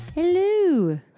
Hello